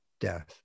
death